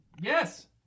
Yes